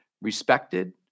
respected